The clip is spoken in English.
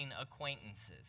acquaintances